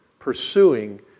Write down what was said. pursuing